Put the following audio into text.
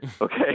Okay